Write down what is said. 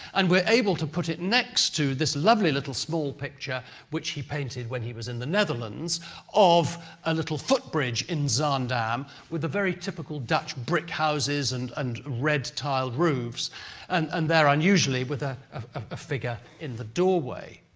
and we're able to put it next to this lovely, little small picture which he painted when he was in the netherlands of a little footbridge in zaandam with the very typical dutch brick houses and and red-tiled roofs and and there, unusually, with ah a ah figure in the doorway.